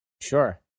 sure